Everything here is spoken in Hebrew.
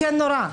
כן נורא.